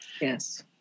Yes